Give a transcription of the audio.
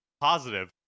positive